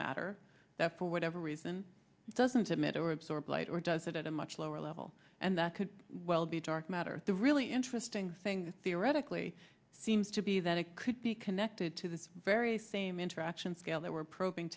matter that for whatever reason it doesn't emit or absorb light or does it at a much lower level and that could well be dark matter the really interesting thing theoretically seems to be that it could be connected to the very same interaction scale that we're probing